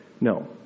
no